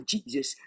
Jesus